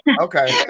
Okay